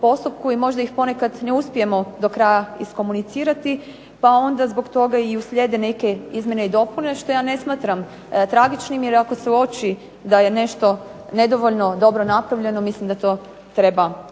i možda ih ponekad ne uspijemo do kraja iskomunicirati pa onda zbog toga uslijede neke izmjene i dopune, što ja ne smatram tragičnim jer ako se uoči da je nešto nedovoljno dobro napravljeno mislim da to treba popraviti.